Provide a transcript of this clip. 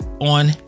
on